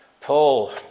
Paul